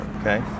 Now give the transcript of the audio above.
Okay